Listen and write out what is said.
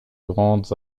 grandes